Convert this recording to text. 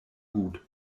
gut